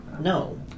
no